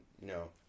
No